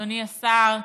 אדוני השר,